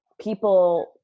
people